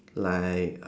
like